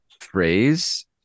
phrase